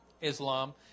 Islam